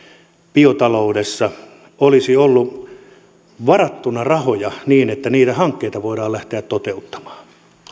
biotaloudessa olisi ollut varattuna rahoja niin että niitä hankkeita voidaan lähteä toteuttamaan